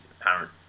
apparent